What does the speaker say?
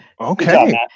Okay